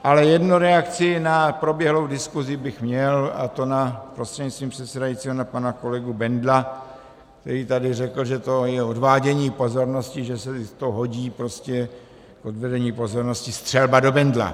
Ale jednu reakci na proběhlou diskusi bych měl, a to prostřednictvím předsedajícího na pana kolegu Bendla, který tady řekl, že to je odvádění pozornosti, že se to prostě hodí k odvedení pozornosti, střelba do Bendla.